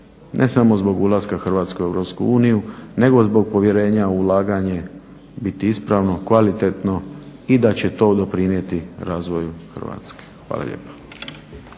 ne samo zbog ulaska Hrvatske u Europsku uniju nego zbog povjerenja u ulaganje biti ispravno, kvalitetno i da će to doprinijeti razvoju Hrvatske. Hvala lijepa.